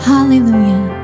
Hallelujah